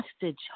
hostage